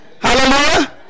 Hallelujah